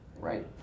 Right